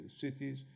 cities